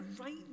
right